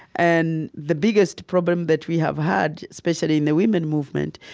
and the biggest problem that we have had, especially in the women's movement,